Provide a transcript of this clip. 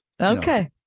Okay